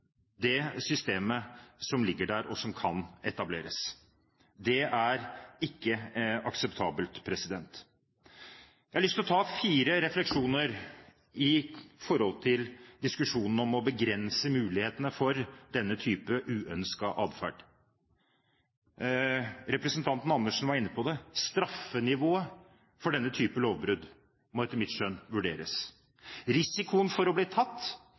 det systemet som ligger der, og som kan etableres. Det er ikke akseptabelt. Jeg har lyst til å ta fire refleksjoner i forhold til diskusjonen om å begrense mulighetene for denne type uønsket atferd. Representanten Karin Andersen var inne på det. Straffenivået for denne type lovbrudd må etter mitt skjønn vurderes. Risikoen for å bli tatt